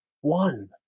one